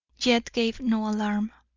yet gave no alarm.